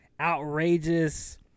outrageous